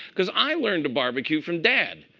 because i learned to barbecue from dad.